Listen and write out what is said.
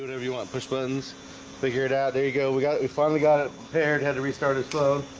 whatever you want push buttons figure it out. there you go. we got it we finally got it paired had to restart it slow.